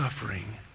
suffering